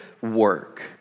work